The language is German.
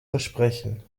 versprechen